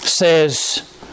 Says